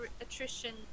attrition